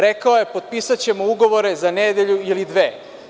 Rekao je – potpisaćemo ugovore za nedelju ili dve.